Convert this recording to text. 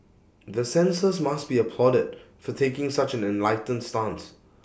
the censors must be applauded for taking such an enlightened stance